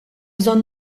bżonn